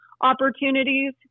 opportunities